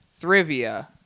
Thrivia